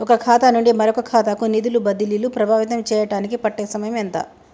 ఒక ఖాతా నుండి మరొక ఖాతా కు నిధులు బదిలీలు ప్రభావితం చేయటానికి పట్టే సమయం ఎంత?